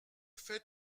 fait